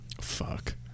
fuck